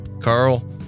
Carl